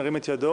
ירים את ידו.